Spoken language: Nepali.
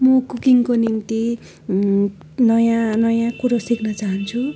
म कुकिङको निम्ति नयाँ नयाँ कुरो सिक्न चाहन्छु